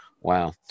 Wow